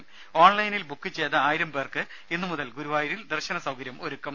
നും ഓൺലൈനിൽ ബുക്ക് ചെയ്ത ആയിരം പേർക്ക് ഇന്നുമുതൽ ഗുരുവായൂരിൽ ദർശന സൌകര്യം ഒരുക്കും